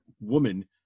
woman